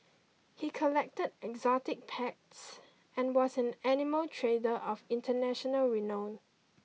he collected exotic packs and was an animal trader of international renown